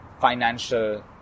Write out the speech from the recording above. financial